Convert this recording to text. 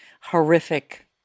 horrific